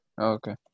okay